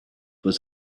was